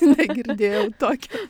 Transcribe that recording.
negirdėjau tokio